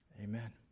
Amen